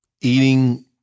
eating